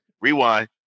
Rewind